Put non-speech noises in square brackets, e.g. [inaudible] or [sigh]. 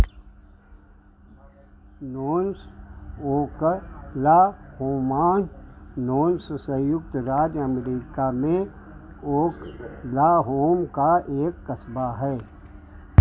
[unintelligible] Oklahoma Knowles संयुक्त राज्य America में ओकलाहोम का एक कस्बा है